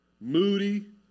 moody